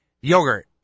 yogurt